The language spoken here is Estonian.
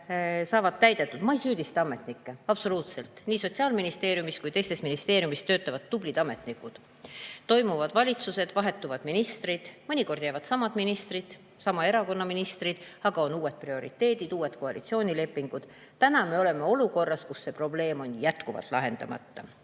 Ma absoluutselt ei süüdista ametnikke. Nii Sotsiaalministeeriumis kui ka teistes ministeeriumides töötavad tublid ametnikud. Toimuvad valitsuse[vahetused], vahetuvad ministrid, mõnikord jäävad samad ministrid või sama erakonna ministrid, aga on uued prioriteedid, uued koalitsioonilepingud. Me oleme olukorras, kus see probleem on jätkuvalt lahendamata.